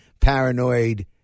paranoid